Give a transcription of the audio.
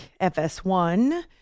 FS1